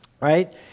right